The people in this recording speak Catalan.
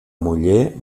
muller